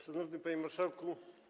Szanowny Panie Marszałku!